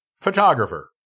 photographer